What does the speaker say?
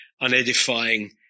unedifying